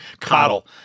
Coddle